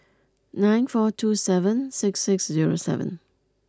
nine four two seven six six zero seven